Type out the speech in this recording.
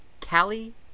Callie